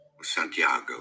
Santiago